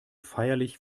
feierlich